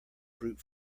brute